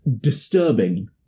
disturbing